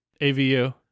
AVU